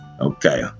Okay